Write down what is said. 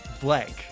blank